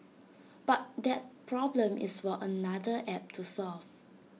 but that problem is for another app to solve